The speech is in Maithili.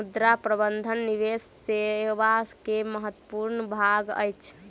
मुद्रा प्रबंधन निवेश सेवा के महत्वपूर्ण भाग अछि